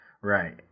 Right